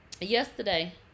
Yesterday